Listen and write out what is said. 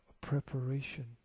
preparation